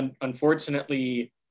Unfortunately